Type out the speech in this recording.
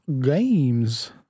games